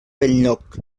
benlloc